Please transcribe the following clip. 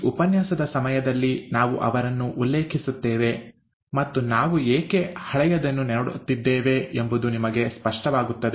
ಈ ಉಪನ್ಯಾಸದ ಸಮಯದಲ್ಲಿ ನಾವು ಅವರನ್ನು ಉಲ್ಲೇಖಿಸುತ್ತೇವೆ ಮತ್ತು ನಾವು ಏಕೆ ಹಳೆಯದನ್ನು ನೋಡುತ್ತಿದ್ದೇವೆ ಎಂಬುದು ನಿಮಗೆ ಸ್ಪಷ್ಟವಾಗುತ್ತದೆ